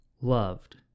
loved